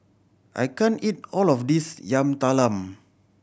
I can't eat all of this Yam Talam